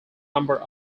number